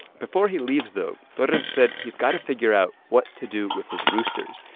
before he leaves, though, torres said he's got to figure out what to do with his roosters.